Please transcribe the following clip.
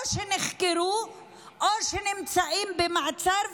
או שנחקרו או שנמצאים במעצר,